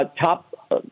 Top –